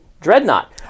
Dreadnought